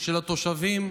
של התושבים.